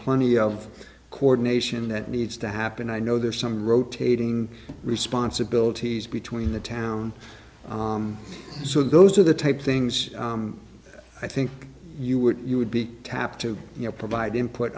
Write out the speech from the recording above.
plenty of coordination that needs to happen i know there's some rotating responsibilities between the town so those are the type things i think you would you would be tapped to provide input